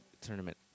Tournament